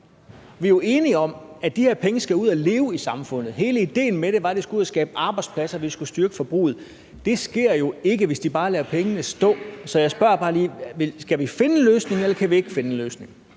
Vi er jo enige om, at de her penge skal ud at leve i samfundet. Hele ideen med det er, at de skal ud og skabe arbejdspladser, styrke forbruget. Det sker jo ikke, hvis de bare lader pengene stå. Så jeg spørger bare lige: Skal vi finde en løsning, eller kan vi ikke finde en løsning?